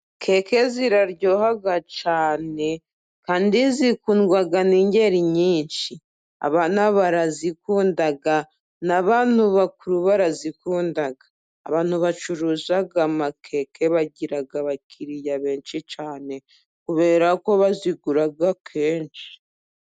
Keke ziraryoha cyane，kandi zikundwa n’ingeri nyinshi. Abana barazikunda n’abantu bakuru barazikunda， abantu bacuruza amakeke bagira abakiriya benshi cyane， kubera ko bazigura kenshi.